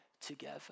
together